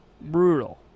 Brutal